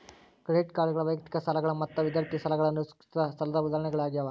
credit ಕಾರ್ಡ್ಗಳ ವೈಯಕ್ತಿಕ ಸಾಲಗಳ ಮತ್ತ ವಿದ್ಯಾರ್ಥಿ ಸಾಲಗಳ ಅಸುರಕ್ಷಿತ ಸಾಲದ್ ಉದಾಹರಣಿಗಳಾಗ್ಯಾವ